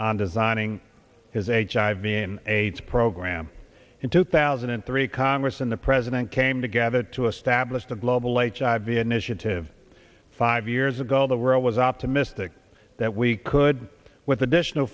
on designing his h i v in aids program in two thousand and three congress and the president came together to establish the global h i v s initiative five years ago the world was optimistic that we could with additional